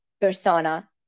persona